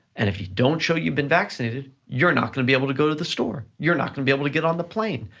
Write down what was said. and if you don't show you've been vaccinated, you're not gonna be able to go to the store, you're not gonna be able to get on the plane,